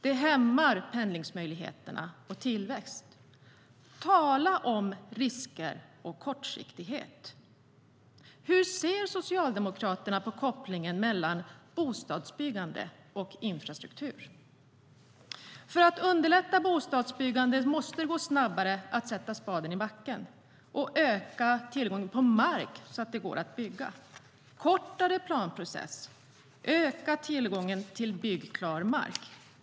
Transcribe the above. Det hämmar pendlingsmöjligheterna och tillväxten. Tala om risker och kortsiktighet! Hur ser Socialdemokraterna på kopplingen mellan bostadsbyggande och infrastruktur? För att underlätta bostadsbyggandet måste det gå snabbare att sätta spaden i backen och öka tillgången på mark så att det går att bygga. Det behövs kortare planprocess och ökad tillgång till byggklar mark.